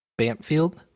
Bampfield